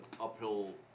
uphill